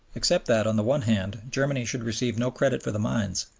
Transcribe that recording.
except that, on the one hand, germany should receive no credit for the mines,